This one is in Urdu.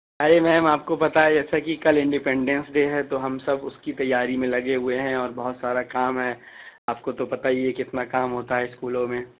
سوری میم آپ کو پتا ہے جیسا کہ کل انڈیپینڈنس ڈے ہے تو ہم سب اس کی تیاری میں لگے ہوئے ہیں اور بہت سارا کام ہے آپ کو تو پتا ہی ہے کتنا کام ہوتا ہے اسکولوں میں